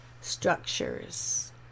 structures